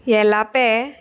येलापे